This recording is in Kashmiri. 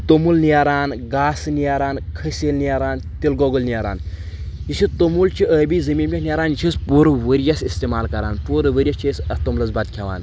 توٚمُل نیٚران گاسہٕ نیٚران کَھسیٖل نیران تِلہٕ گۄگُل نیران یہِ چھُ توٚمُل چھِ ٲبی زٔمیٖن نیران یہِ چُھ أسۍ پوٗرٕ ؤریَس اِستعمَال کران پوٗرٕ ؤریَس چھِ أسۍ اَتھ توٚملَس بتہٕ کھؠوان